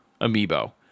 Amiibo